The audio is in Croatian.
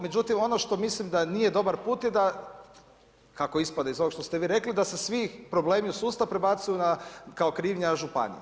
Međutim ono što mislim da nije dobar put i da kako ispada iz ovoga što ste vi rekli da se svi problemi u sustavu prebacuju kao krivnja županiji.